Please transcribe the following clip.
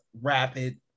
rapid